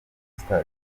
station